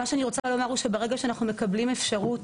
מה שאני רוצה לומר הוא שברגע שאנחנו מקבלים אפשרות,